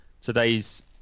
today's